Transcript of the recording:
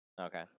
Okay